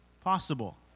possible